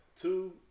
two